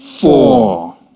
four